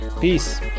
Peace